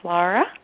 Laura